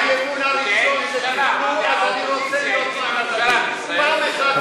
אז אני רוצה, האופוזיציה הקימה ממשלה בישראל.